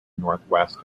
northwest